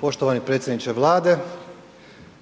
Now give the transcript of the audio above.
Poštovani predsjedniče Vlade,